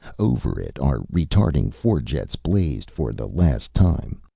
over it, our retarding fore-jets blazed for the last time.